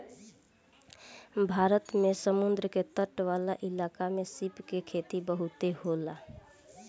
भारत में समुंद्र के तट वाला इलाका में सीप के खेती बहुते होला